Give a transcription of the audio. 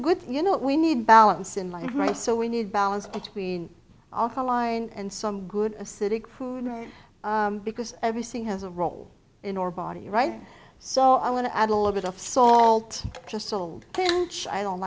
good you know what we need balance in life right so we need balance between alkaline and some good acidic food because everything has a role in or body right so i want to add a little bit of salt just sold i don't